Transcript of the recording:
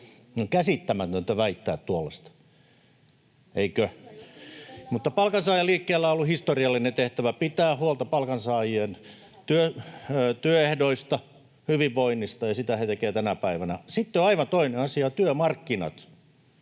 on käsittämätöntä väittää tuollaista. Eikö? [Suna Kymäläisen välihuuto] Mutta palkansaajaliikkeellä on ollut historiallinen tehtävä pitää huolta palkansaajien työehdoista, hyvinvoinnista, ja sitä he tekevät tänä päivänä. Sitten on aivan toinen asia, työmarkkinat,